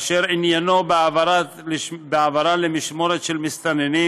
אשר עניינו העברה למשמורת של מסתננים